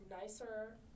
nicer